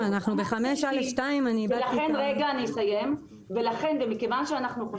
--- תודה רבה.